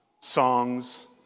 songs